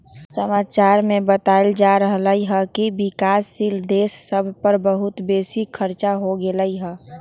समाचार में बतायल जा रहल हइकि विकासशील देश सभ पर बहुते बेशी खरचा हो गेल हइ